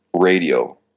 radio